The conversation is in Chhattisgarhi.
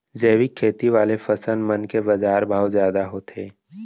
जैविक खेती वाले फसल मन के बाजार भाव जादा होथे